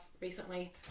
recently